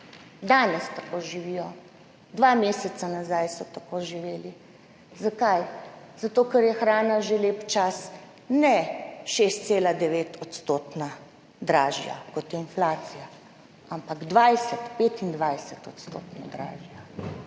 Danes tako živijo, dva meseca nazaj so tako živeli. Zakaj? Zato ker je hrana že lep čas ne 6,9-odstotno dražja, kot je inflacija, ampak 20-odstotno,